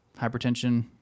hypertension